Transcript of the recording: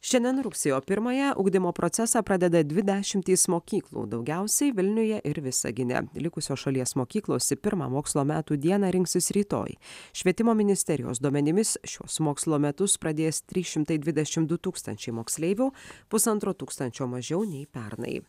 šiandien rugsėjo pirmąją ugdymo procesą pradeda dvi dešimtys mokyklų daugiausiai vilniuje ir visagine likusios šalies mokyklose pirmą mokslo metų dieną rinksis rytoj švietimo ministerijos duomenimis šiuos mokslo metus pradės trys šimtai dvidešim du tūkstančiai moksleivių pusantro tūkstančio mažiau nei pernai